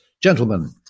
gentlemen